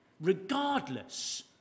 regardless